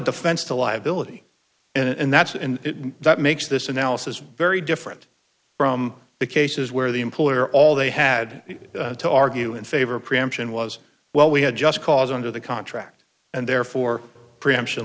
defense to liability and that's and that makes this analysis very different from the cases where the employer all they had to argue in favor of preemption was well we had just cause under the contract and therefore preemption